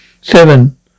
Seven